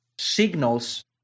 signals